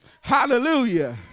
Hallelujah